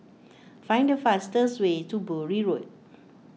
find the fastest way to Bury Road